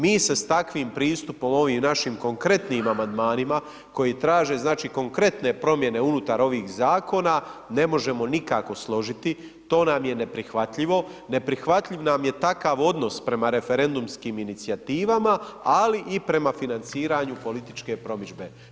Mi se s takvim pristupom ovim našim konkretnim amandmanima koji traže, znači, konkretne promjene unutar ovih zakona, ne možemo nikako složiti, to nam je neprihvatljivo, neprihvatljiv nam je takav odnos prema referendumskim inicijativama, ali i prema financiranju političke promidžbe.